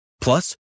Plus